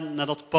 nadat